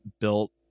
built